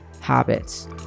habits